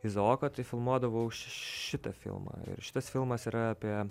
izaoko tai filmuodavau ši šitą filmą šitas filmas yra apie